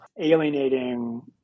alienating